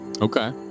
Okay